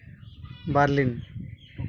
Berlin